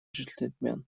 джентльмен